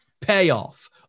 payoff